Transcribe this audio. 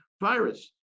virus